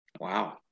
Wow